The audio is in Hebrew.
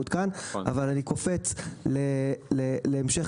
המילים "קביעת מכסות